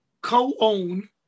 co-own